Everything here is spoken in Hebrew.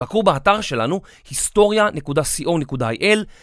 בקרו באתר שלנו, historia.co.il